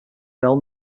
bell